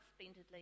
splendidly